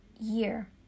year